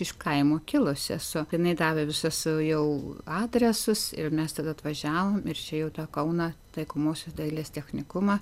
iš kaimo kilus esu jinai davė visas jau adresus ir mes tada atvažiavom ir čia jau kauną taikomosios dailės technikumą